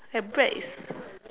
and bread is